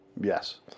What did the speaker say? Yes